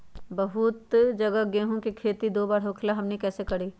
बहुत जगह गेंहू के खेती दो बार होखेला हमनी कैसे करी?